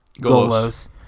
Golos